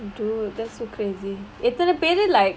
dude that's so crazy எத்தன பேரு:ethana peru like